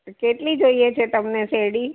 કેટલી જોઈએ છે તમને શેરડી